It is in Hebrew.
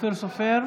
אי-אפשר ככה.